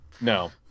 No